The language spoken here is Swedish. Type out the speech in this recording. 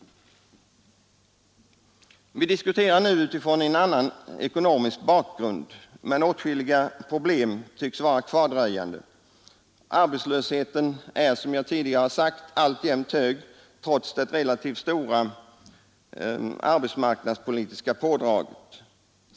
Vi diskuterar nu utifrån en annan ekonomisk bakgrund, men åtskilliga problem tycks dröja kvar. Arbetslösheten är, som jag tidigare sagt, alltjämt hög trots det relativt stora arbetsmarknadspolitiska pådraget.